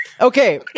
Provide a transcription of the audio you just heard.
Okay